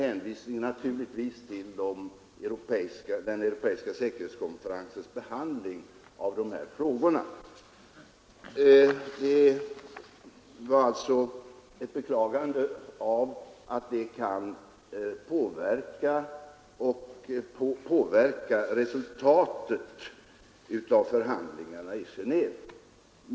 Med andra ord: Det är naturligtvis en hänvisning till den europeiska säkerhetskonferensens behandling av dessa frågor. Det var alltså ett beklagande av att åtgärden kan påverka resultatet av förhandlingarna i Genéve.